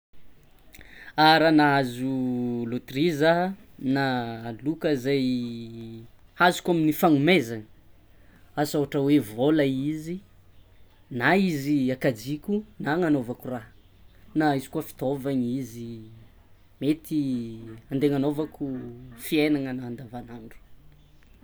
Ah raha nahazo loteria zah na loka zay hazoko amin'ny fanomezana asa ohatra hoe vôla izy na izy kajiko na agnanaovako raha na izy koa fitavana izy mety ande hagnanaovako fiaignana andavanandro.